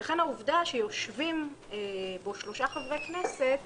לכן העובדה שיושבים בו שלושה חברי כנסת